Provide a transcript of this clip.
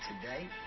today